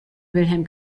wilhelm